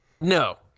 No